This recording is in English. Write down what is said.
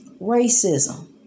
racism